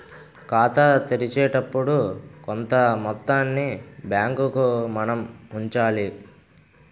ఖాతా తెరిచేటప్పుడు కొంత మొత్తాన్ని బ్యాంకుకు మనం ఉంచాలి